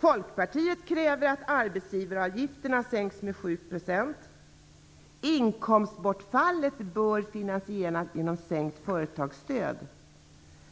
Folkpartiet kräver att arbetsgivaravgifterna sänks med 7 procent. Inkomstbortfallet bör finansieras genom sänkt företagsstöd.